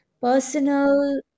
personal